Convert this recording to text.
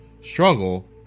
struggle